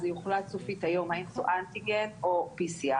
זה יוחלט סופית היום האם זו תהיה בדיקת אנטיגן או pcr.